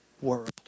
world